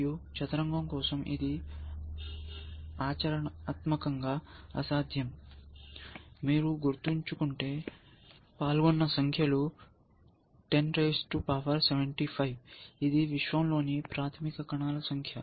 మరియు చదరంగం కోసం ఇది ఆచరణాత్మకంగా అసాధ్యం మీరు గుర్తుంచుకుంటే పాల్గొన్న సంఖ్యలు 10 రైజ్ టు పవర్ 75 ఇది విశ్వంలోని ప్రాథమిక కణాల సంఖ్య